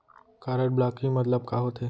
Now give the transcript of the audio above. Card blocking मतलब का होथे?